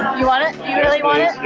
you want it? you really want it?